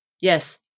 Yes